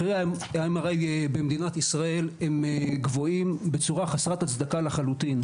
מחירי ה-MRI במדינת ישראל הם גבוהים בצורה חסרת הצדקה לחלוטין.